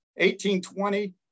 1820